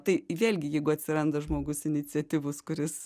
tai vėlgi jeigu atsiranda žmogus iniciatyvus kuris